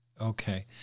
Okay